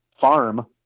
farm